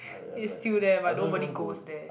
it's still there but nobody goes there